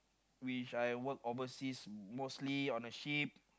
which I work overseas mostly on a ship